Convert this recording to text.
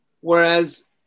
Whereas